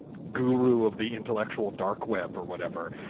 guru of the intellectual dark web or whatever.